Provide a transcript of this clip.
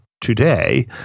today